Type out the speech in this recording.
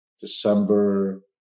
December